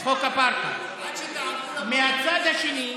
מהצד השני,